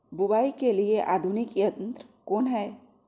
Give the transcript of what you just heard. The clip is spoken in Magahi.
बुवाई के लिए आधुनिक यंत्र कौन हैय?